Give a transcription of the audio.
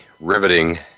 riveting